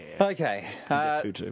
Okay